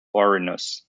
vorenus